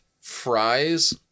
fries